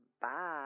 Bye